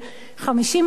50 מיליון שקלים,